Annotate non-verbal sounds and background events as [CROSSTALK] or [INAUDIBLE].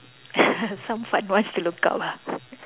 [LAUGHS] some fun ones to look up ah